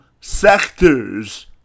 sectors